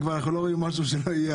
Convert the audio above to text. אנחנו כבר לא רואים משהו שלא יהיה.